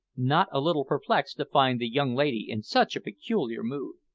not a little perplexed to find the young lady in such a peculiar mood.